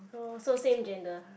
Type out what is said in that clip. oh so same gender